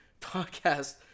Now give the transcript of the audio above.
podcast